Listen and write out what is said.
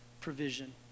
provision